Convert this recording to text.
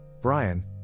Brian